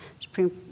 Supreme